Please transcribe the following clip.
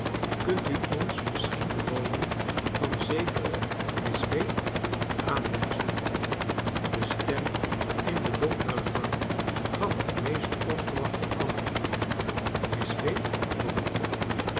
kunt n ons misschien de woning van zekere miss wade aanwijzen de stem in de donkere gang gaf het meest onverwachte antwoord miss wade woont hier